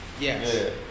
Yes